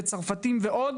צרפתים ועוד